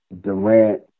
Durant